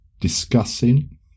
discussing